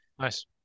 Nice